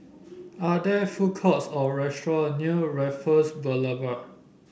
are there food courts or restaurant near Raffles Boulevard